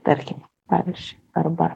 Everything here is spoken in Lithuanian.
tarkime pavyzdžiui arba